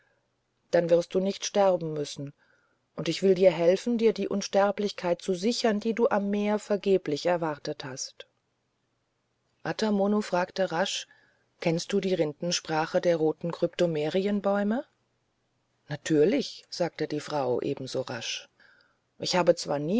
dann wirst du nicht sterben müssen und ich will dir helfen dir die unsterblichkeit zu sichern die du am meer vergeblich erwartet hast ata mono fragte rasch kennst du die rindensprache der roten kryptomerienbäume natürlich sagte die frau ebenso rasch ich habe zwar